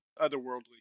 otherworldly